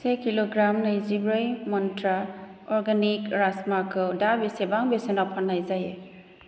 से किलग्राम नैजिब्रै मन्त्रा अरगेनिक राजमाखौ दा बेसेबां बेसेनाव फाननाय जायो